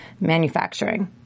manufacturing